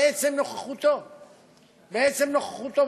מעצם נוכחותו,